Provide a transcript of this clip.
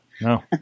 No